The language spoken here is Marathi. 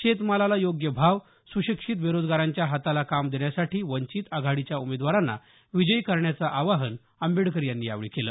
शेतमालाला योग्य भाव सुशिक्षित बेरोजगारांच्या हाताला काम देण्यासाठी वंचित आघाडीच्या उमेदवारांना विजयी करण्याचं आवाहन आंबेडकर यांनी यावेळी केलं